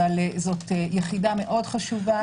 אבל זאת יחידה מאוד חשובה.